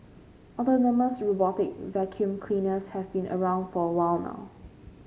autonomous robotic vacuum cleaners have been around for a while now